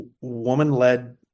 woman-led